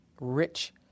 rich